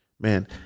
Man